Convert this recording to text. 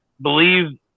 believe